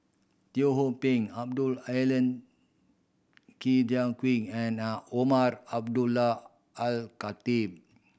Teo Ho Pin Abdul Aleem and Umar Abdullah Al Khatib